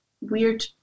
weird